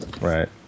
Right